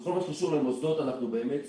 בכל מה שקשור למוסדות אנחנו באמת סגורים.